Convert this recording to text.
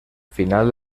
final